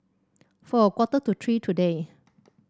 for a quarter to three today